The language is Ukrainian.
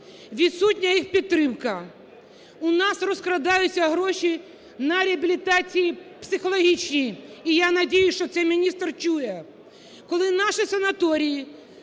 відсутня їх підтримка. У нас розкрадаються гроші на реабілітації психологічні. І я надіюся, що цей міністр чує. Коли наші санаторії